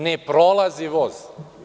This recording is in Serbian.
Ne prolazi voz.